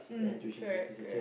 mm correct correct